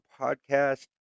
podcast